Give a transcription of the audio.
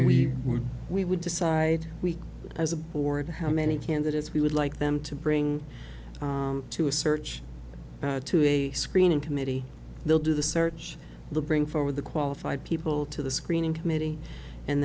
were we would decide we as a board how many candidates we would like them to bring to a search to a screening committee they'll do the search bring forward the qualified people to the screening committee and